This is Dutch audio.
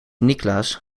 niklaas